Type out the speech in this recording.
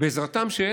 בעזרתם של